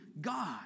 God